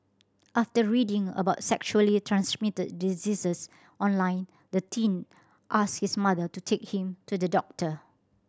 after reading about sexually transmitted diseases online the teen asked his mother to take him to the doctor